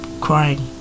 crying